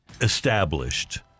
established